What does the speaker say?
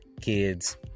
kids